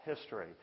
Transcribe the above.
history